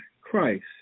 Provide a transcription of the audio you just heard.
Christ